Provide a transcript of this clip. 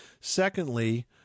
Secondly